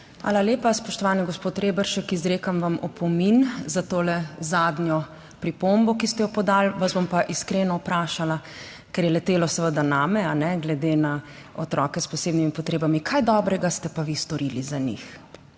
Hvala lepa. Spoštovani gospod Reberšek, izrekam vam opomin za to zadnjo pripombo, ki ste jo podali. Vas bom pa iskreno vprašala, ker je letelo seveda name, glede na otroke s posebnimi potrebami. Kaj dobrega ste pa vi storili za njih?